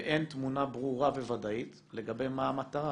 ואין תמונה ברורה וודאית לגבי מה המטרה